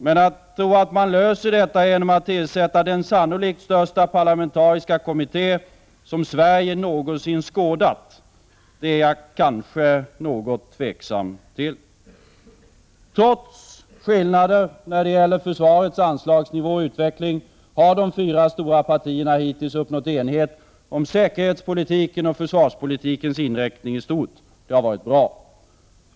Men att tro att man löser detta genom att tillsätta den sannolikt största parlamentariska kommitté Sverige någonsin skådat är jag tveksam till. Trots skillnader när det gäller försvarets anslagsnivå och utveckling har de fyra stora partierna hittills uppnått enighet om säkerhetspolitikens och försvarspolitikens inriktning i stort. Det har varit bra.